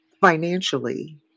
financially